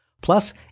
Plus